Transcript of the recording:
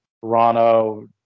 Toronto